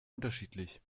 unterschiedlich